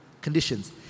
conditions